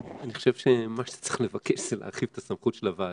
אני חושב שמה שצריך לבקש זה להרחיב את הסמכות של הוועדה,